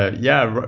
ah yeah, but